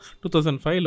2005